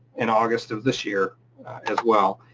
in august of this year as well.